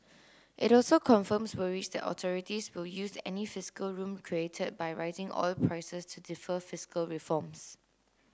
it also confirms worries that authorities will use any fiscal room created by rising oil prices to defer fiscal reforms